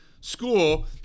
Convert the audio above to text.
school